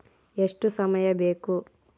ಎಷ್ಟು ಸಮಯ ಬೇಕು?